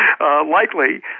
likely